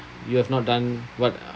you have not done what